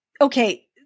okay